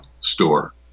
store